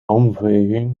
omgeving